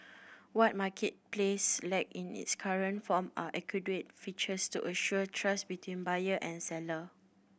what Marketplace lack in its current form are adequate features to assure trust between buyer and seller